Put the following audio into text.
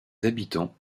habitants